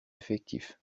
effectif